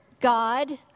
God